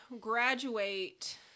graduate